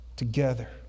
together